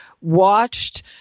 watched